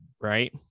right